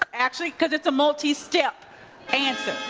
actually, because it's a multi-step answer.